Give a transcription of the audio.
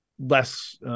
Less